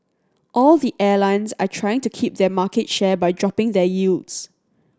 all the airlines are trying to keep their market share by dropping their yields